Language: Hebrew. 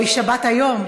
אוי, "שבת היום".